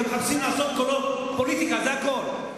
אתם מחפשים לעשות קולות, פוליטיקה, זה הכול.